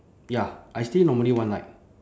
ya I stay normally one night